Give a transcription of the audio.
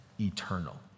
eternal